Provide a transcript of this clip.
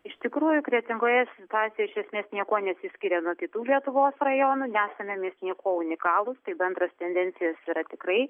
iš tikrųjų kretingoje situacija iš esmės niekuo nesiskiria nuo kitų lietuvos rajonų nesame mes niekuo unikalūs tai bendros tendencijos yra tikrai